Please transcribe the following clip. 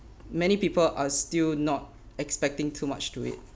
many people are still not expecting too much to it